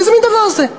איזה מין דבר זה?